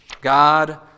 God